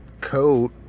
coat